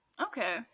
Okay